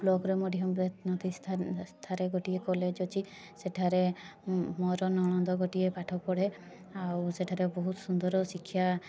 ବ୍ଲକ୍ରେ ମଧ୍ୟ ବେତନଟୀ ସ୍ଥାନରେ ଗୋଟିଏ କଲେଜ୍ ଅଛି ସେଠାରେ ମୋର ନଣନ୍ଦ ଗୋଟିଏ ପାଠ ପଢ଼େ ଆଉ ସେଠାରେ ବହୁତ ସୁନ୍ଦର ଶିକ୍ଷା